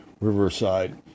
Riverside